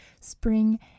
spring